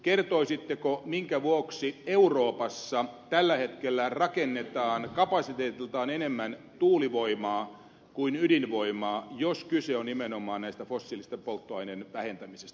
kertoisitteko minkä vuoksi euroopassa tällä hetkellä rakennetaan kapasiteetiltaan enemmän tuulivoimaa kuin ydinvoimaa jos kyse on nimenomaan näiden fossiilisten polttoaineiden vähentämisestä